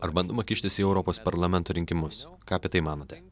ar bandoma kištis į europos parlamento rinkimus ką apie tai manote